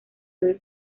your